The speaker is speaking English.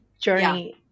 journey